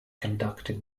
conducted